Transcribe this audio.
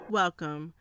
welcome